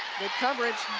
good coverage.